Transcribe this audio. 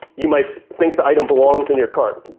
you might think the item belongs in your cart.